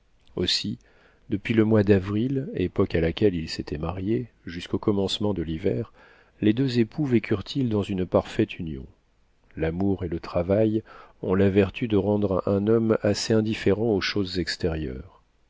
aussi depuis le mois d'avril époque à laquelle ils s'étaient mariés jusqu'au commencement de l'hiver les deux époux vécurent ils dans une parfaite union l'amour et le travail ont la vertu de rendre un homme assez indifférent aux choses extérieures